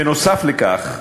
בנוסף לכך,